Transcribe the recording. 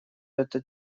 этот